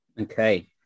Okay